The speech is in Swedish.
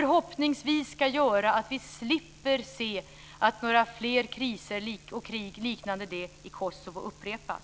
förhoppningsvis ska slippa se att kriser och krig liknande dem i Kosovo upprepas.